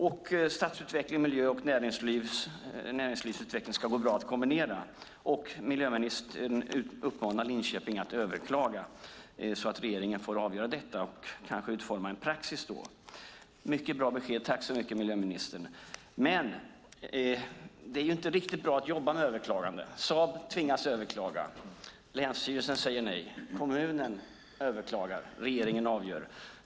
Det ska gå bra att kombinera stadsutveckling med miljö och näringslivsutveckling. Miljöministern uppmanar Linköping att överklaga så att regeringen får avgöra detta och kanske utforma en praxis. Det var ett mycket bra besked. Tack så mycket, miljöministern! Men det är inte riktigt bra att jobba med överklaganden. Saab tvingas överklaga. Länsstyrelsen säger nej. Kommunen överklagar. Regeringen avgör.